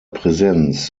präsenz